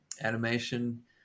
animation